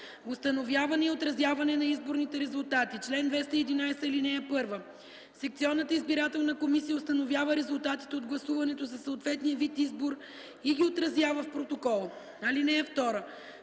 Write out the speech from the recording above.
„Установяване и отразяване на изборните резултати Чл. 211. (1) Секционната избирателна комисия установява резултатите от гласуването за съответния вид избор и ги отразява в протокол. (2)